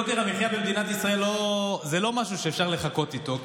יוקר המחיה במדינת ישראל הוא לא משהו שאפשר לחכות איתו,